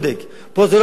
פה זה לא עשיית צדק,